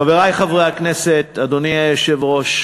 חברי חברי הכנסת, אדוני היושב-ראש,